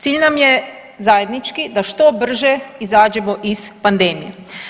Cilj nam je zajednički da što brže izađemo iz pandemije.